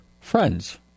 friends